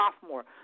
sophomore